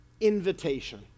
invitation